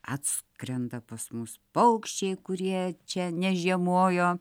atskrenda pas mus paukščiai kurie čia nežiemojo